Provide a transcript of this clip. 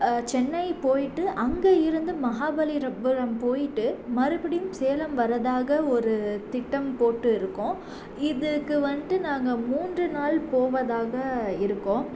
சென்னை போய்ட்டு அங்கே இருந்து மகாபலி புரம் போய்ட்டு மறுபடியும் சேலம் வர்றதாக ஒரு திட்டம் போட்டு இருக்கோம் இதுக்கு வந்துட்டு நாங்கள் மூன்று நாள் போவதாக இருக்கோம்